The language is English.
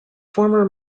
former